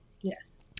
Yes